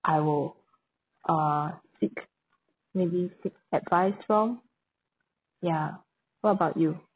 I will uh seek maybe seek advice from ya what about you